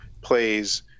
plays